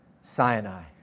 Sinai